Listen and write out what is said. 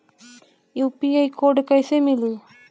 UPI code कैसे मिली?